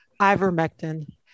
ivermectin